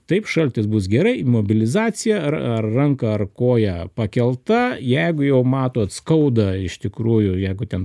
taip šaltis bus gerai mobilizacija ar ar ranka ar koja pakelta jeigu jau matot skauda iš tikrųjų jeigu ten